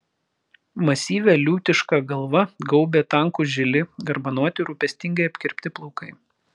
masyvią liūtišką galva gaubė tankūs žili garbanoti rūpestingai apkirpti plaukai